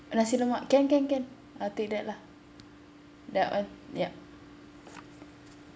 nasi lemak can can can I'll take that lah that [one] yup